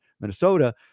Minnesota